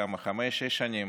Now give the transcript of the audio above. כמה, חמש, שש שנים,